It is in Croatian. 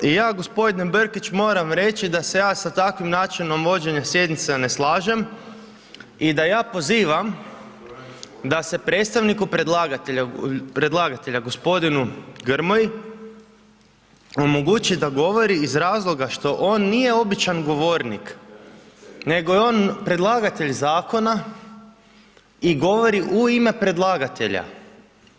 I ja gospodine Brkić moram reći da se ja sa takvim načinom vođenja sjednica ne slažem i da ja pozivam da se predstavniku predlagatelja, gospodinu Grmoji omogući da govori iz razloga što on nije običan govornik nego je on predlagatelj zakona i govori u ime predlagatelja.